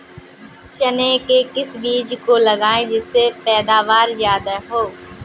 चने के किस बीज को लगाएँ जिससे पैदावार ज्यादा हो?